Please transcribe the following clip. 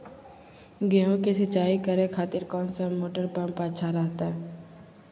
गेहूं के सिंचाई करे खातिर कौन सा मोटर पंप अच्छा रहतय?